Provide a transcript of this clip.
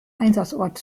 einsatzort